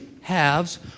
halves